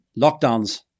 Lockdowns